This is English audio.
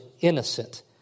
innocent